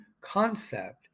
concept